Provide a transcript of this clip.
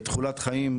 תחולת חיים,